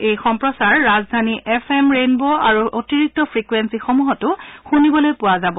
এই সম্প্ৰচাৰ ৰাজধানী এফ এম ৰেইন ব' আৰু অতিৰিক্ত ফ্ৰিকুৱেঞ্চিসমূহতো শুনিবলৈ পোৱা যাব